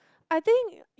I think